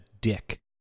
dick